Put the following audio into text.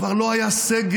כבר לא היה סגר.